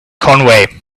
conway